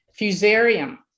Fusarium